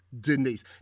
Denise